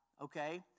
Okay